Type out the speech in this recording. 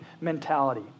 mentality